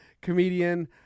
comedian